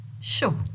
Sure